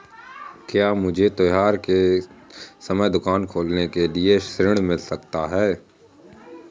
क्या मुझे त्योहार के समय दुकान खोलने के लिए ऋण मिल सकता है?